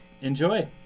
Enjoy